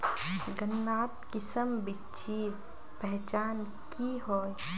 गन्नात किसम बिच्चिर पहचान की होय?